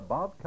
Bob